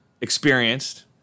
experienced